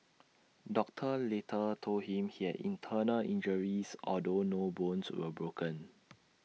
doctors later told him he had internal injuries although no bones were broken